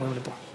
אומרים לי פה.